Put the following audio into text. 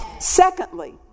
Secondly